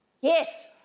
Yes